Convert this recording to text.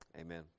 Amen